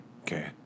Okay